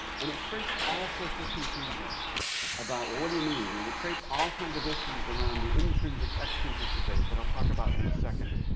and it creates all sorts of confusion about, well, what do you mean? and it creates all kinds of issues around the intrinsic extrinsic debate that i'll talk about in a second.